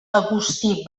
agustí